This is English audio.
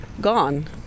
gone